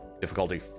difficulty